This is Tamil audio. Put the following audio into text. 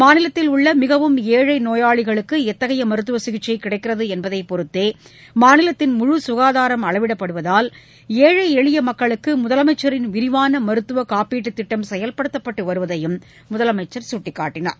மாநிலத்தில் உள்ள மிகவும் ஏழை நோயாளிக்கு எத்தகைய மருத்துவ சிகிச்சை கிடைக்கிறது என்பதை பொருத்தே மாநிலத்தின் முழு சுகதாரம் அளவிடப்படுவதால் ஏழழ எளிய மக்களுக்கு முதலனமச்சரின் விரிவான மருத்துவ காப்பீட்டு திட்டம் செயல்படுத்தப்பட்டு வருவதையும் முதலமைச்சர் சுட்டிக்காட்டினார்